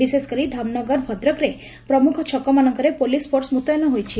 ବିଶେଷକରି ଧାମନଗର ଭଦ୍ରକରେ ପ୍ରମୁଖ ଛକମାନଙ୍କରେ ପୋଲିସ ଫୋର୍ସ ମୁତୟନ ହୋଇଛି